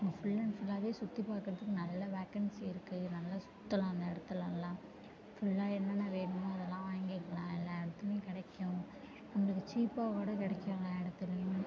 full and ஃபுல்லாகவே சுற்றி பார்க்கறதுக்கு நல்லா வேகன்ஸி இருக்கு நல்லா சுற்றலாம் அந்த இடத்துலல்லாம் ஃபுல்லாக என்னென்ன வேணுமோ அதெல்லாம் வாங்கிக்கலாம் எல்லா இடத்துலியும் கிடைக்கும் உங்களுக்கு சீப்பாக்கூட கிடைக்கும் எல்லா இடத்துலியும்